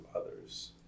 others